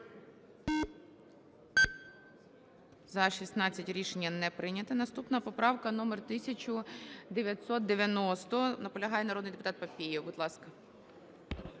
За-16 Рішення не прийнято. Наступна поправка номер 1990. Наполягає народний депутат Папієв. Будь ласка.